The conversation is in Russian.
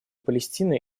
палестины